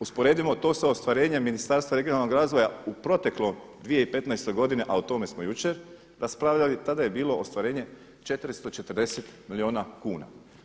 Usporedimo to sa ostvarenjem Ministarstva regionalnog razvoja u protekloj 2015. godini a o tome smo jučer raspravljali i tada je bilo ostvarenje 440 milijuna kuna.